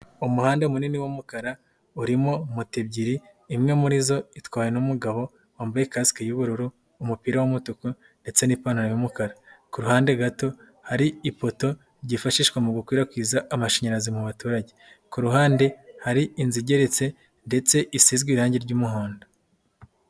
Umuhanda munini w'umukara urimo moto ebyiri imwe muri zo itwawe n'umugabo wambaye kasike y'ubururu, umupira w'umutuku ndetse n'ipantaro y'umukara, ku ruhande gato hari ipoto ryifashishwa mu gukwirakwiza amashanyarazi mu baturage, ku ruhande hari inzu igeretse ndetse isizwe irangi ry'umuhondo.